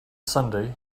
sunday